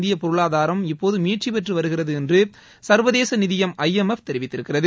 இந்திய பொருளாதாரம் இப்போது மீட்சி பெற்று வருகிறது என்று சா்வதேச நிதியம் ஐ எம் எஃப் தெரிவித்திருக்கிறது